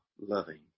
loving